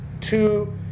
two